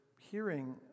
hearing